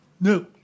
No